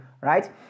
right